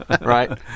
right